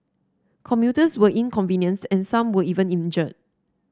commuters were inconvenienced and some were even injured